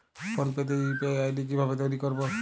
Phone pay তে UPI ID কি ভাবে তৈরি করবো?